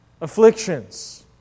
afflictions